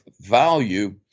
value